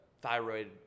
thyroid